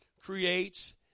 creates